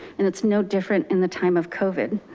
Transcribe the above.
and it's no different in the time of covid.